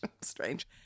strange